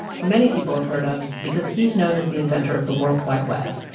who many people have heard of because he's known as the inventor of the world wide web.